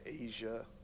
Asia